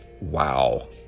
Wow